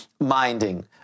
minding